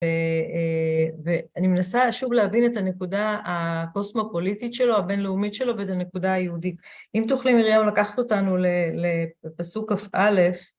ואני מנסה שוב להבין את הנקודה הקוסמופוליטית שלו, הבינלאומית שלו, ואת הנקודה היהודית. אם תוכלי, מרים, לקחת אותנו לפסוק כ"א.